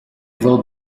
will